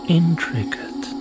intricate